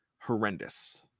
horrendous